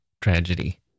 tragedy